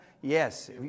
Yes